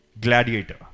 Gladiator